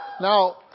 Now